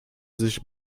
sich